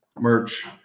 merch